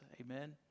amen